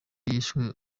yishwe